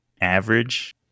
average